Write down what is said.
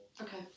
Okay